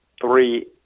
three